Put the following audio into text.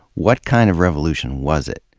what kind of revolution was it?